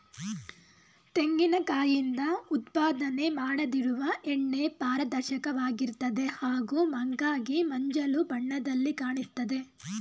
ತೆಂಗಿನ ಕಾಯಿಂದ ಉತ್ಪಾದನೆ ಮಾಡದಿರುವ ಎಣ್ಣೆ ಪಾರದರ್ಶಕವಾಗಿರ್ತದೆ ಹಾಗೂ ಮಂಕಾಗಿ ಮಂಜಲು ಬಣ್ಣದಲ್ಲಿ ಕಾಣಿಸ್ತದೆ